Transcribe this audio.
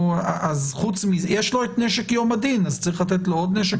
יש לו את נשק יום הדין, אז צריך לתת לו עוד נשק